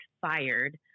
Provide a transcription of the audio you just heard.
fired